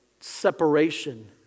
separation